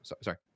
sorry